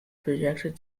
projected